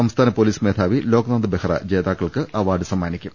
സംസ്ഥാന പൊലീസ് മേധാവി ലോക്നാഥ് ബെഹ്റ ജേതാക്കൾക്ക് അവാർഡ് സമ്മാനിക്കും